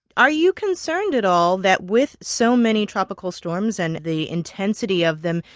are you concerned at all that with so many tropical storms and the intensity of them,